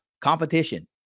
competition